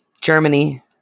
Germany